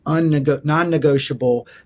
non-negotiable